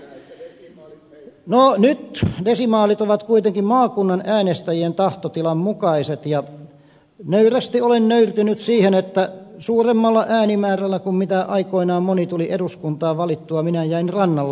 no nyt desimaalit ovat kuitenkin maakunnan äänestäjien tahtotilan mukaiset ja nöyrästi olen nöyrtynyt siihen että suuremmalla äänimäärällä kuin millä aikoinaan moni tuli eduskuntaan valittua minä jäin rannalle